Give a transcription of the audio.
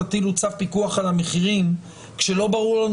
תטילו צו פיקוח על המחירים כשלא ברור לנו